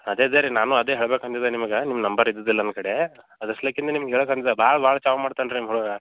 ಅದೆ ಅದೇ ರೀ ನಾನು ಅದೆ ಹೇಳ್ಬೇಕು ಅಂದಿದ್ದೆ ನಿಮಿಗೆ ನಿಮ್ಮ ನಂಬರ್ ಇದ್ದಿದ್ದಿಲ್ಲ ನನ್ನ ಕಡೇ ಅದ್ರ ಅಸಲಕಿನೆ ನಿಮ್ಗೆ ಹೇಳಕೆ ಆಗಲಿಲ್ಲ ಭಾಳ ಭಾಳ ಚಾಲು ಮಾಡ್ತಾನೆ ರೀ ನಿಮ್ಮ ಹುಡುಗ